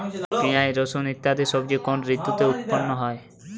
পিঁয়াজ রসুন ইত্যাদি সবজি কোন ঋতুতে উৎপন্ন হয়?